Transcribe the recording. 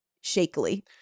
shakily